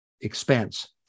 expense